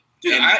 Dude